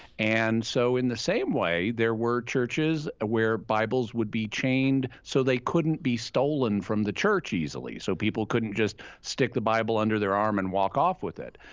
and so, in the same way, there were churches where bibles would be chained so they couldn't be stolen from the church easily. so, people couldn't just stick the bible under their arm and walk off with it.